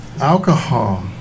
alcohol